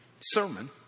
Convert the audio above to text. sermon